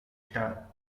star